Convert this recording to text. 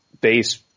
base